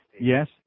Yes